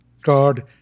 God